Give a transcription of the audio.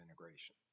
integration